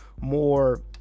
more